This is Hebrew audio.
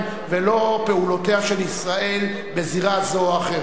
ולא פעולותיה של ישראל בזירה זו או אחרת.